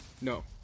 No